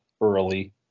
early